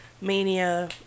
mania